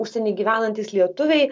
užsieny gyvenantys lietuviai